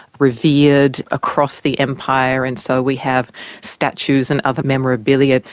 revered across the empire. and so we have statues and other memorabilia,